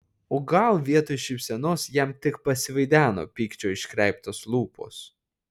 o gal vietoj šypsenos jam tik pasivaideno pykčio iškreiptos lūpos